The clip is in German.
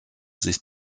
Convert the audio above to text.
sich